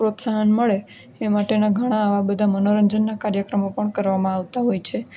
પ્રોત્સાહન મળે એ માટેના ઘણા આવા બધા મનોરંજનના કાર્યક્રમો પણ કરવામાં આવતા હોય છે